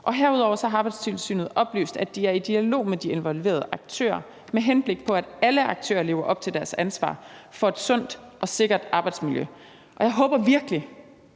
Og herudover har Arbejdstilsynet oplyst, at de er i dialog med de involverede aktører, med henblik på at alle aktører lever op til deres ansvar for et sundt og sikkert arbejdsmiljø, og jeg håber virkelig,